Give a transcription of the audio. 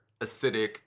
acidic